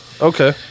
okay